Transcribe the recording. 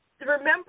Remember